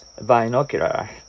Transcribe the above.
binocular